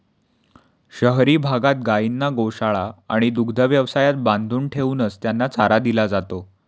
शहरी भागात गायींना गोशाळा आणि दुग्ध व्यवसायात बांधून ठेवूनच त्यांना चारा दिला जातो